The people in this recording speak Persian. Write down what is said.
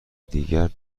دیگر